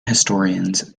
historians